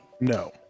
No